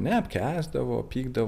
neapkęsdavo pykdavo